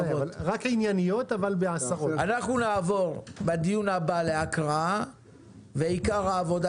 בדיון הבא נעבור להקראה ועיקר העבודה